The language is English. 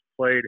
played